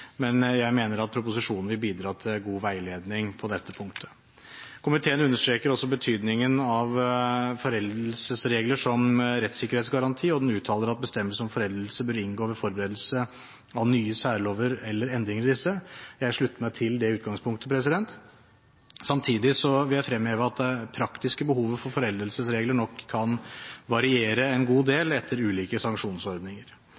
men jeg mener at proposisjonen vil bidra til god veiledning på dette punktet. Komiteen understreker også betydningen av foreldelsesregler som rettssikkerhetsgaranti, og den uttaler at bestemmelser om foreldelse bør inngå ved forberedelse av nye særlover eller endring av disse. Jeg slutter meg til det utgangspunktet. Samtidig vil jeg fremheve at det praktiske behovet for foreldelsesregler nok kan variere en god